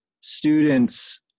students